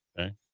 okay